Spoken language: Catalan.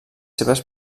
seves